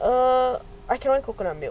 err I cannot I cannot